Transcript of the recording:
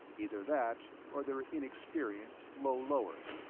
either that or they're inexperienced low-lowers,